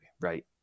right